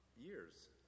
years